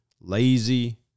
lazy